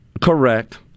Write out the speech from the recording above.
correct